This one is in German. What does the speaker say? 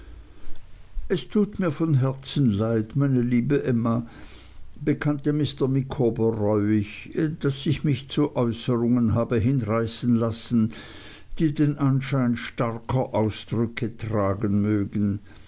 es tut mir von herzen leid meine liebe emma bekannte mr micawber reuig daß ich mich zu äußerungen habe hinreißen lassen die den anschein starker ausdrücke tragen mögen